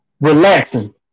relaxing